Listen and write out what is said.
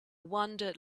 wandered